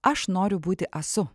aš noriu būti asu